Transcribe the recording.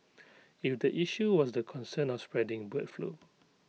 if the issue was the concern of spreading bird flu